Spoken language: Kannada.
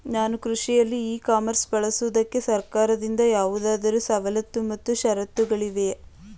ನಾನು ಕೃಷಿಯಲ್ಲಿ ಇ ಕಾಮರ್ಸ್ ಬಳಸುವುದಕ್ಕೆ ಸರ್ಕಾರದಿಂದ ಯಾವುದಾದರು ಸವಲತ್ತು ಮತ್ತು ಷರತ್ತುಗಳಿವೆಯೇ?